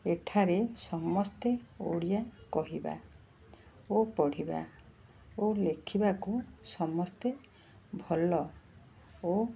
ଏଠାରେ ସମସ୍ତେ ଓଡ଼ିଆ କହିବା ଓ ପଢ଼ିବା ଓ ଲେଖିବାକୁ ସମସ୍ତେ ଭଲ ଓ